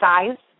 Size